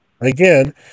again